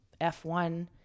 F1